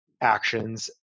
actions